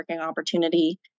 opportunity